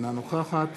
אינה נוכחת